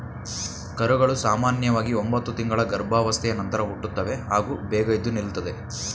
ಕರುಗಳು ಸಾಮನ್ಯವಾಗಿ ಒಂಬತ್ತು ತಿಂಗಳ ಗರ್ಭಾವಸ್ಥೆಯ ನಂತರ ಹುಟ್ಟುತ್ತವೆ ಹಾಗೂ ಬೇಗ ಎದ್ದು ನಿಲ್ತದೆ